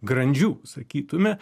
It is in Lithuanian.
grandžių sakytume